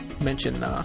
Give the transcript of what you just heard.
mention